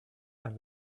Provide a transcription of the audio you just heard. and